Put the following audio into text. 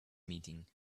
meeting